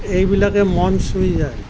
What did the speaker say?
এইবিলাকে মন চুই যায়